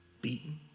beaten